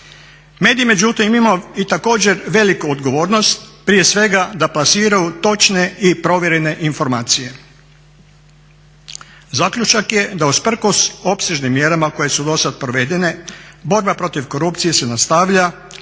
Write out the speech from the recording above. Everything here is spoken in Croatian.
Mediji međutim imaju i također veliku odgovornost, prije svega da plasiraju točne i provjerene informacije. Zaključak je da usprkos opsežnim mjerama koje su do sad provedene borba protiv korupcije se nastavlja